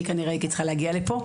לא בכדי כנראה הייתי צריכה להגיע לפה.